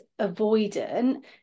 avoidant